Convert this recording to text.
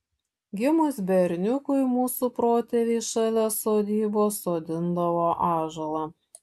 gimus berniukui mūsų protėviai šalia sodybos sodindavo ąžuolą